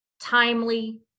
timely